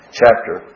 chapter